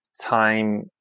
time